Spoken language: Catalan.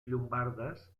llombardes